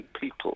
people